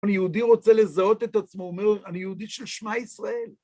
יהודי רוצה לזהות את עצמו, הןט אומר, אני יהודי של שמע ישראל.